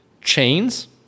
chains